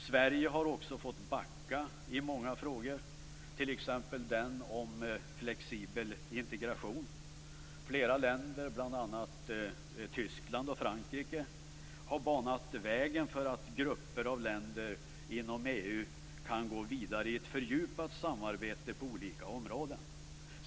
Sverige har också fått backa i många frågor, t.ex. i frågan om flexibel integration. Flera länder - bl.a. Tyskland och Frankrike - har banat väg för att grupper av länder inom EU kan gå vidare i ett fördjupat samarbete på olika områden.